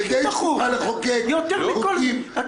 כדי שאפשר יהיה לחוקק חוקים --- אתה